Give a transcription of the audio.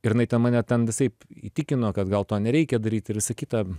ir jinai ten mane ten visaip įtikino kad gal to nereikia daryt ir visa kita